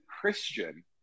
Christian